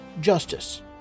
justice